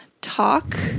talk